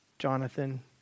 Jonathan